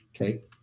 Okay